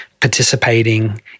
participating